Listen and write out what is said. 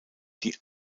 die